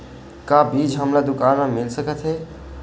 का बीज हमला दुकान म मिल सकत हे?